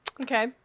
okay